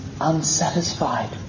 unsatisfied